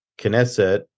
Knesset